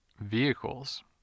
vehicles